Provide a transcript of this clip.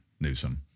Newsom